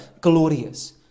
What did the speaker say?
glorious